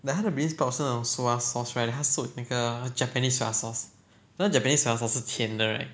like 他的 bean sprouts 是那种 soya sauce right then 他 soak in 那个 japanese soya sauce 是甜的 right